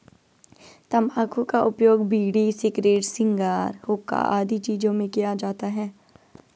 तंबाकू का उपयोग बीड़ी, सिगरेट, शिगार, हुक्का आदि चीजों में किया जाता है